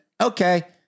Okay